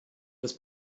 das